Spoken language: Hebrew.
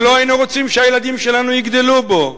שלא היינו רוצים שהילדים שלנו יגדלו בו,